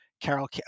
Carol